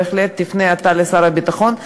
בהחלט תפנה אתה לשר הביטחון,